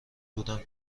بودم